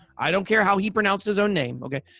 i don't care how he pronounced his own name, okay?